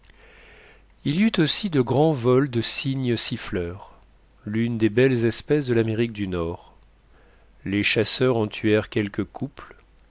il y eut aussi de grands vols de cygnes siffleurs l'une des belles espèces de l'amérique du nord les chasseurs en tuèrent quelques couples